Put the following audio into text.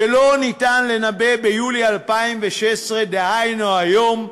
שאי-אפשר לנבא ביולי 2016, דהיינו היום,